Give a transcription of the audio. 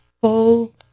full